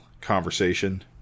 conversation